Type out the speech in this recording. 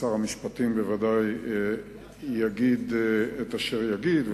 שר המשפטים בוודאי יגיד את אשר יגיד,